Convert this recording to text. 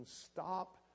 stop